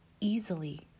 easily